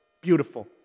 Beautiful